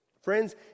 Friends